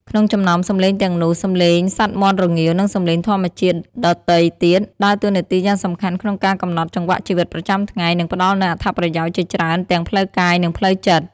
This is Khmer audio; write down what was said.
ក្នុងចំណោមសំឡេងទាំងនោះ សំឡេងសត្វមាន់រងាវ និងសំឡេងធម្មជាតិដទៃទៀតដើរតួនាទីយ៉ាងសំខាន់ក្នុងការកំណត់ចង្វាក់ជីវិតប្រចាំថ្ងៃ និងផ្ដល់នូវអត្ថប្រយោជន៍ជាច្រើនទាំងផ្លូវកាយ និងផ្លូវចិត្ត។